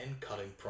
cutting